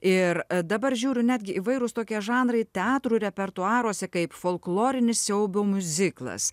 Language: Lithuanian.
ir dabar žiūriu netgi įvairūs tokie žanrai teatrų repertuaruose kaip folklorinis siaubo miuziklas